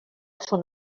són